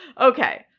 Okay